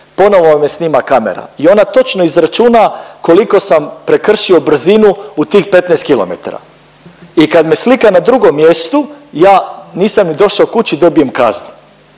ponovno me snima kamera i ona točno izračuna koliko sam prekršio brzinu u tih 15 km i kad me slika na drugom mjeru, ja nisam ni došao kući dobijem kaznu.